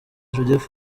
judith